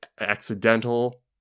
accidental